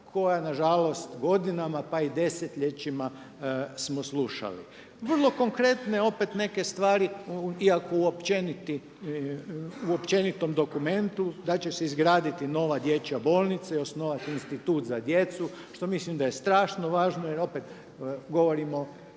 koja nažalost godinama pa i desetljećima smo slušali. Vrlo konkretne opet neke stvari iako u općenitom dokumentu, da će se izgraditi nova dječja bolnica i osnovati institut za djecu, što mislim da je strašno važno jer opet govorimo